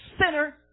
sinner